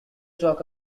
talk